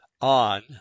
on